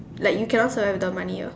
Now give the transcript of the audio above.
like you cannot survive without money ah